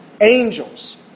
angels